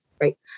right